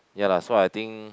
ya lah so I think